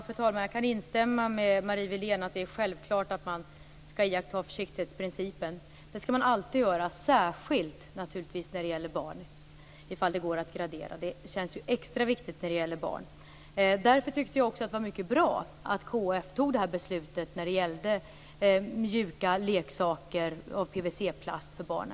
Fru talman! Jag kan instämma i det som Marie Wilén säger, att det är självklart att man skall utgå från försiktighetsprincipen. Det skall man alltid göra särskilt när det gäller barn. Då känns det extra viktigt. Därför var det mycket bra att KF fattade beslut om att inte sälja mjuka leksaker av PVC-plast för barn.